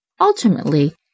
Ultimately